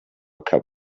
cup